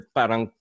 parang